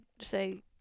say